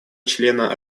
члена